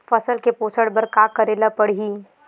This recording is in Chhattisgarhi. फसल के पोषण बर का करेला पढ़ही?